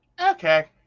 Okay